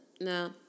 No